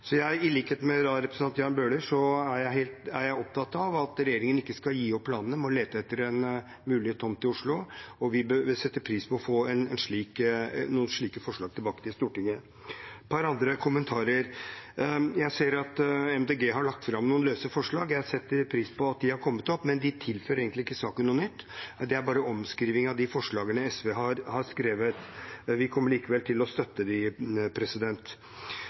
I likhet med representanten Jan Bøhler er jeg opptatt av at regjeringen ikke skal gi opp planene om å lete etter en mulig tomt i Oslo, og vi bør sette pris på å få noen slike forslag tilbake til Stortinget. Et par andre kommentarer: Jeg ser at MDG har lagt fram noen løse forslag. Jeg setter pris på at de har kommet opp, men de tilfører egentlig ikke saken noe nytt. De er bare omskriving av de forslagene SV har skrevet. Vi kommer likevel til å støtte